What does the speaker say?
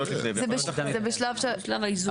זה שלב שיש לנו איזון.